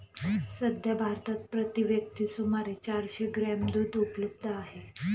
सध्या भारतात प्रति व्यक्ती सुमारे चारशे ग्रॅम दूध उपलब्ध आहे